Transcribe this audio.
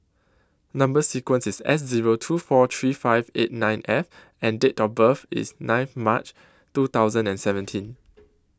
Number sequence IS S Zero two four three five eight nine F and Date of birth IS nine March two thousand and seventeen